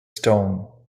stone